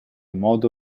modo